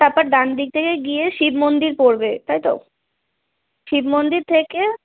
তারপর ডানদিক থেকে গিয়ে শিব মন্দির পড়বে তাই তো শিব মন্দির থেকে